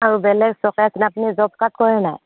আৰু বেলেগ আপুনি জব কাৰ্ড কৰে নাই